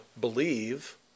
believe